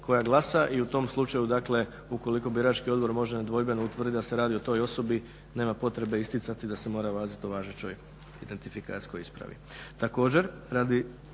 koja glasa i u tom slučaju dakle ukoliko birački odbor može nedvojbeno utvrditi da se radi o toj osobi nema potrebe isticati da se mora raditi o važećoj identifikacijskoj ispravi.